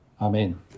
Amen